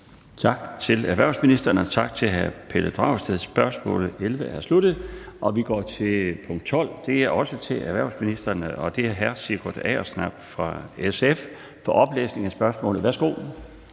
Tak til erhvervsministeren, og tak til hr. Pelle Dragsted. Spørgsmål nr. 11 er sluttet. Så går vi til spørgsmål nr. 12, og det er også til erhvervsministeren, og det er stillet af hr. Sigurd Agersnap fra SF, som bedes oplæse spørgsmålet. Kl.